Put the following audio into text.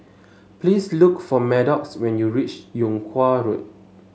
please look for Maddox when you reach Yung Kuang Road